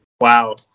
Wow